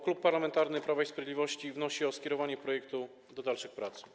Klub Parlamentarny Prawo i Sprawiedliwość wnosi o skierowanie tego projektu do dalszych prac.